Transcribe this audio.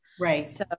Right